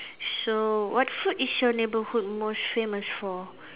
so what food is your neighbourhood most famous for